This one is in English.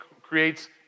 creates